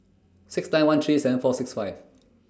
six nine one three seven four six five